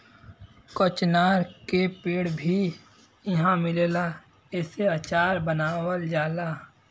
कचनार के पेड़ भी इहाँ मिलेला एसे अचार बनावल जाला